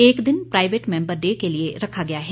एक दिन private member day के लिए रखा गया है